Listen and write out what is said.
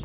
(S):